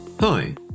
Hi